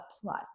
plus